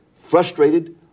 frustrated